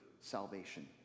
salvation